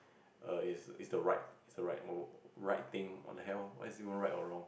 err is is the right is the right right right thing what the hell why is it right or wrong